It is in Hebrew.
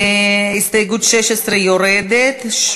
הסתייגות 16 יורדת.